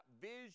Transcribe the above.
vision